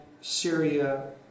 Syria